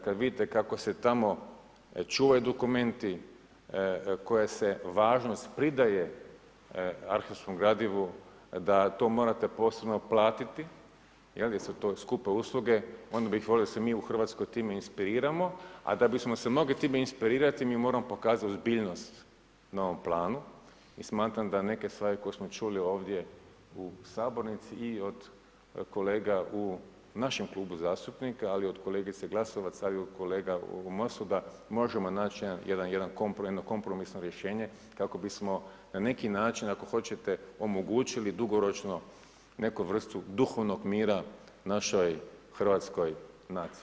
Kad vidite kako se tamo čuvaju dokumenti, koja se važnost pridaje arhivskom gradivu da to morate posebno platiti jer su to skupe usluge, onda bi volio da se mi u Hrvatskoj time inspiriramo, a da bismo se mogli time inspirirati, mi moramo pokazati ozbiljnost na ovome planu i smatram da neke stvari koje smo čuli ovdje u sabornici i od kolega u našem kluba zastupnika ali i od kolegice Glasovac, ali i do kolega u MOST-u, da možemo naći jedno kompromisno rješenje kako bi smo na neki način ako hoćete, omogućili dugoročno, neku vrstu duhovnog mira našoj hrvatskoj naciji.